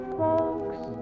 folks